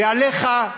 ועליך,